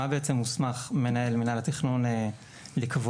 מה בעצם הוסמך מנהל מינהל התכנון לקבוע.